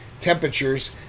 temperatures